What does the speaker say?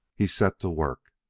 he set to work.